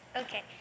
Okay